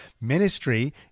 Ministry